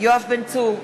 יואב בן צור,